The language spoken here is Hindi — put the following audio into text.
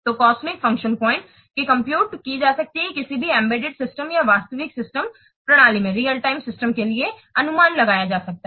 तो COSMIC फ़ंक्शन पॉइंट की कंप्यूट की जा सकती है किसी भी एम्बेडेड सिस्टम या वास्तविक समय प्रणाली embedded system or real time system के लिए अनुमान लगाया जा सकता है